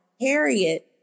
Harriet